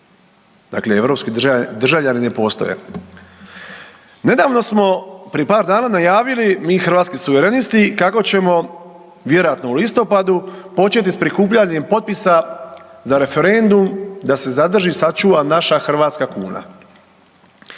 dakle europski državljani ne postoje. Nedavno smo prije par dana najavili mi Hrvatski suverenisti kako ćemo vjerojatno u listopadu početi s prikupljanjem potpisa za referendum da se zadrži i sačuva naša hrvatska kuna.